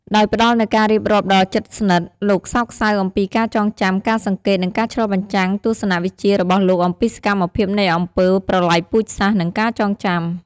ដោយផ្តល់នូវការរៀបរាប់ដ៏ជិតស្និទ្ធ និងសោកសៅអំពីការចងចាំ ការសង្កេត និងការឆ្លុះបញ្ចាំងទស្សនវិជ្ជារបស់លោកអំពីសម្មភាពនៃអំពើប្រល័យពូជសាសន៍ និងការចងចាំ។